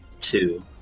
Two